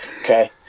Okay